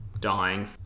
dying